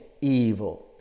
evil